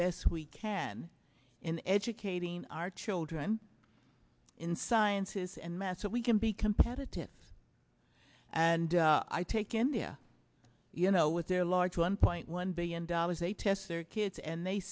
best we can in educating our children in sciences and mass that we can be competitive and i take india you know with their large one point one billion dollars a test their kids and they